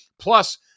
Plus